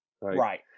Right